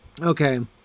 Okay